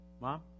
Mom